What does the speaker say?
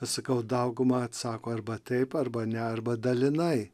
sakau dauguma atsako arba taip arba ne arba dalinai